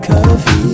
Coffee